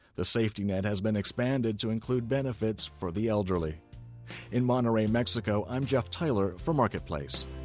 the safety net has been expanded to include benefits for the elderly in monterrey, mexico, i'm jeff tyler for marketplace